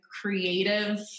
creative